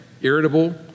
irritable